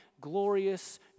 glorious